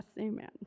Amen